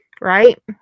Right